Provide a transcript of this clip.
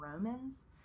romans